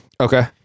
Okay